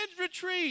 retreat